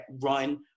run